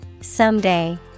Someday